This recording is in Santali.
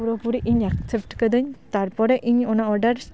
ᱯᱩᱨᱟᱹ ᱯᱩᱨᱤ ᱤᱧ ᱮᱠᱥᱮᱯᱴ ᱠᱟᱹᱫᱟᱹᱧ ᱛᱟᱨᱯᱚᱨᱮ ᱤᱧ ᱚᱱᱟ ᱚᱰᱟᱨ